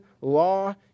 law